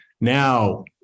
now